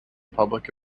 public